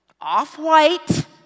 off-white